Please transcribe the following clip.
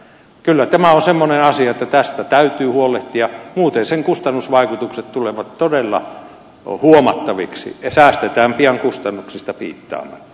kyllä tämä on sellainen asia että tästä täytyy huolehtia muuten sen kustannusvaikutukset tulevat todella huomattaviksi ja säästetään pian kustannuksista piittaamatta